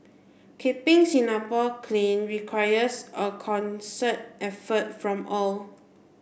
keeping Singapore clean requires a concert effort from all